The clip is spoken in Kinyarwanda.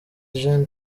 gen